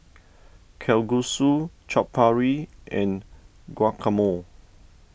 Kalguksu Chaat Papri and Guacamole